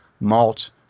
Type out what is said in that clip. malt